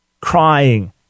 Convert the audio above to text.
crying